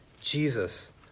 Jesus